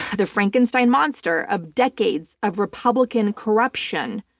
the frankenstein monster of decades of republican corruption,